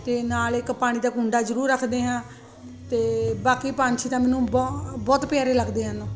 ਅਤੇ ਨਾਲ ਇੱਕ ਪਾਣੀ ਦਾ ਕੁੰਡਾ ਜ਼ਰੂਰ ਰੱਖਦੇ ਹਾਂ ਅਤੇ ਬਾਕੀ ਪੰਛੀ ਤਾਂ ਮੈਨੂੰ ਬਹੁਤ ਬਹੁਤ ਪਿਆਰੇ ਲੱਗਦੇ ਹਨ